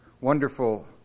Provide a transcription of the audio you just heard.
wonderful